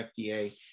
FDA